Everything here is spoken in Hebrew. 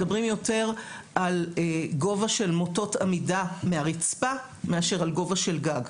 מדברים יותר על גובה של מוטות עמידה מהרצפה מאשר על גובה של גג.